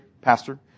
pastor